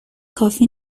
کافی